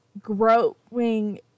growing